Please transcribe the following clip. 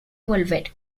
volver